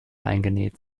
eingenäht